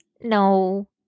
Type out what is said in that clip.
No